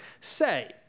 say